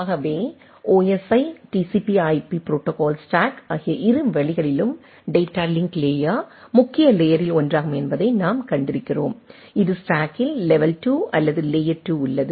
ஆகவே OSI TCP IP protocol stack ஆகிய இரு வழிகளிலும் டேட்டா லிங்க் லேயர் முக்கிய லேயரில் ஒன்றாகும் என்பதை நாம் கண்டிருக்கிறோம் இது ஸ்டேக்கில் லெவல் 2 அல்லது லேயர் 2 உள்ளது